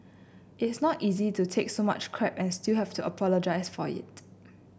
it's not easy to take so much crap and still have to apologise for it